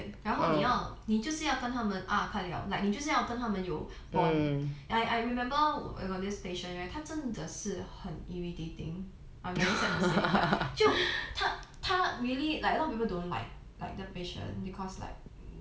对然后你要你就是要跟他们你就是要跟他们有 bond I I remember I got this patient right 他真的是很 irritating I'm very sad to say but 就他他 really like a lot of people don't like like the patient because like